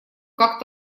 как